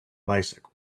bicycle